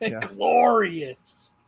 glorious